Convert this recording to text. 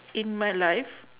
in my life